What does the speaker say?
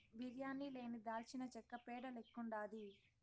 బిర్యానీ లేని దాల్చినచెక్క పేడ లెక్కుండాది